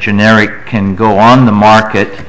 generic can go on the market